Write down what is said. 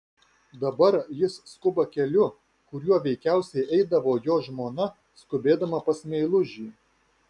dabar jis skuba keliu kuriuo veikiausiai eidavo jo žmona skubėdama pas meilužį